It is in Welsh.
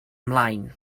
ymlaen